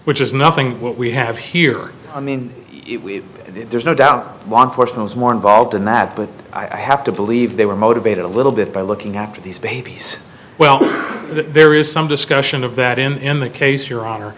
which is nothing what we have here i mean there's no doubt more involved than that but i have to believe they were motivated a little bit by looking after these babies well that there is some discussion of that in that case your hon